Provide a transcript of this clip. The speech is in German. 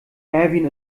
erwin